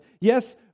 yes